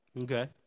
Okay